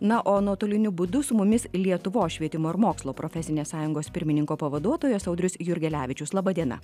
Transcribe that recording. na o nuotoliniu būdu su mumis lietuvos švietimo ir mokslo profesinės sąjungos pirmininko pavaduotojas audrius jurgelevičius laba diena